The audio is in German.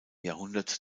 jahrhundert